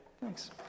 Thanks